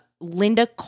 Linda